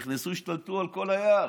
הם נכנסו והשתלטו על כל היער,